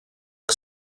que